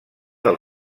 del